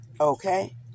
Okay